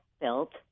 built